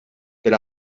per